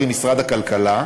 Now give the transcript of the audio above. קרי משרד הכלכלה,